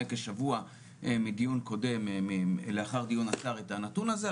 כשבוע מדיון קודם לאחר דיון את הנתון הזה,